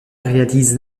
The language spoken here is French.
réalise